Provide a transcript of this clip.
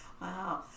Wow